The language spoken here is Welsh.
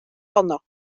honno